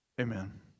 Amen